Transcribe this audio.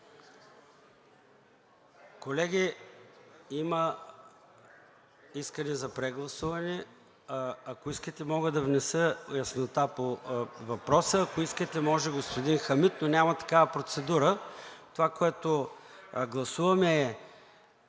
Колеги, има искане за прегласуване. Ако искате, мога да внеса яснота по въпроса, ако искате, може господин Хамид Хамид, но няма такава процедура. Това, което гласуваме, е